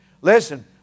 listen